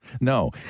No